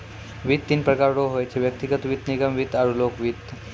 वित्त तीन प्रकार रो होय छै व्यक्तिगत वित्त निगम वित्त आरु लोक वित्त